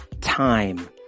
time